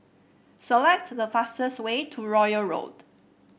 select the fastest way to Royal Road